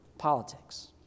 Politics